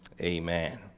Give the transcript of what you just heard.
Amen